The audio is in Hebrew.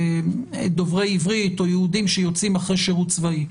דוברי עברית או יהודים שיוצאים אחרי שירות צבאי.